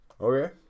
Okay